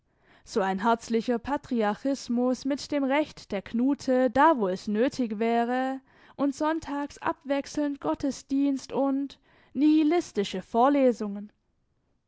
so ein herzlicher patriarchismus mit dem recht der knute da wo es nötig wäre und sonntags abwechselnd gottesdienst und nihilistische vorlesungen